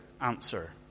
answer